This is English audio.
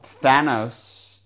Thanos